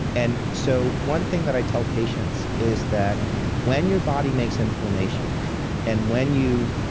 and so one thing that i tell patients is that when your body makes inflammation and when you